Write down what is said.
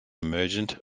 emergent